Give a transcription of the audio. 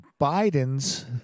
Bidens